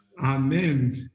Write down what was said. Amen